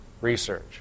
research